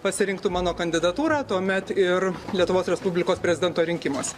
pasirinktų mano kandidatūrą tuomet ir lietuvos respublikos prezidento rinkimuose